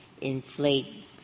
inflate